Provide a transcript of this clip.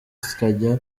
ukajya